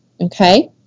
Okay